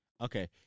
Okay